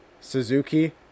Suzuki